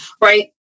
right